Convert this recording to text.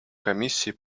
комиссии